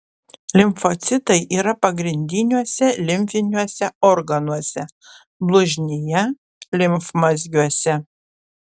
limfocitai yra pagrindiniuose limfiniuose organuose blužnyje limfmazgiuose